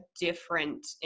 different